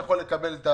יכול לקבל.